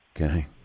Okay